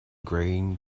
grain